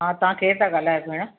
हा तव्हां केर था ॻाल्हायो भेण